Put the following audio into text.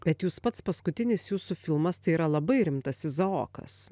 bet jūs pats paskutinis jūsų filmas tai yra labai rimtas izaokas